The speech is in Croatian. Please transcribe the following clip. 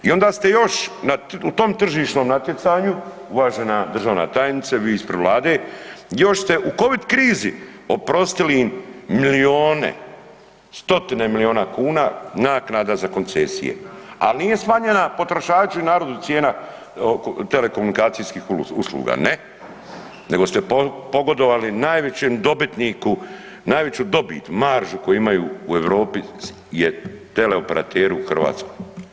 I onda ste još u tom tržišnom natjecanju uvažena državna tajnice, vi ispred Vlade, još ste u Covid krizi oprostili ima milione, stotine miliona kuna naknada za koncesije, al nije smanjena potrošaču i narodu cijena telekomunikacijskih usluga, ne, nego ste pogodovali najvećem dobitniku, najveću dobit, maržu koju imaju u Europi je teleoperateri u Hrvatskoj.